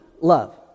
love